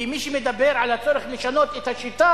כי מי שמדבר על הצורך לשנות את השיטה,